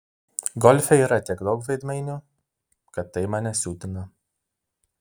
golfe yra tiek daug veidmainių kad tai mane siutina